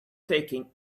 taking